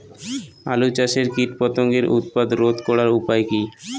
আলু চাষের কীটপতঙ্গের উৎপাত রোধ করার উপায় কী?